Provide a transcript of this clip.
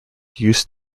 used